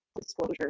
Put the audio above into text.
disclosure